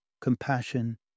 compassion